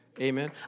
Amen